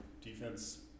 Defense